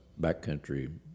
backcountry